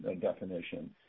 definition –